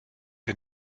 wir